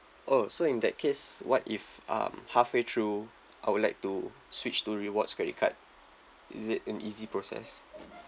oh so in that case what if um halfway through I would like to switch to rewards credit card is it an easy process